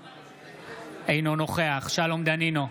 אינו נוכח שלום דנינו,